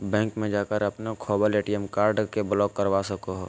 bank में जाकर अपने खोवल ए.टी.एम कार्ड के ब्लॉक करा सको हइ